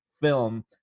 film